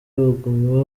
baguma